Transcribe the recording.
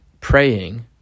praying